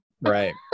Right